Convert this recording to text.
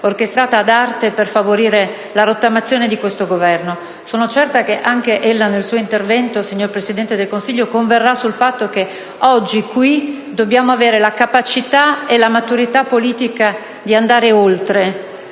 orchestrata ad arte per favorire la rottamazione di questo Governo. Sono certa che anche lei nel suo intervento, signor Presidente del Consiglio, converrà sul fatto che oggi qui dobbiamo avere la capacità e la maturità politica di andare oltre,